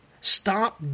Stop